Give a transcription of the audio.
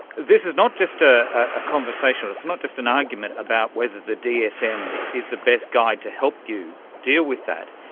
this is not just a ah conversation or it's not just an argument about whether the dsm is the best guide to help you deal with that,